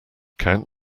count